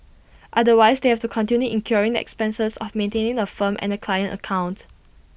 otherwise they have to continue incurring expenses of maintaining the firm and the client account